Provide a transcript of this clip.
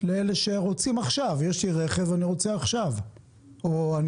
לאלה שרוצים עכשיו יש לי רכב ואני רוצה עכשיו או אני